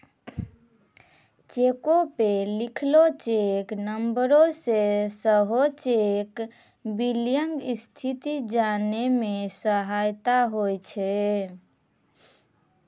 चेको पे लिखलो चेक नंबरो से सेहो चेक क्लियरिंग स्थिति जाने मे सहायता होय छै